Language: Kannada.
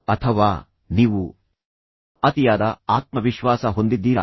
ಅಥವಾ ನೀವು ಅತಿಯಾದ ಆತ್ಮವಿಶ್ವಾಸ ಹೊಂದಿದ್ದೀರಾ